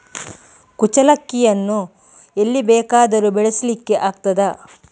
ಕುಚ್ಚಲಕ್ಕಿಯನ್ನು ಎಲ್ಲಿ ಬೇಕಾದರೂ ಬೆಳೆಸ್ಲಿಕ್ಕೆ ಆಗ್ತದ?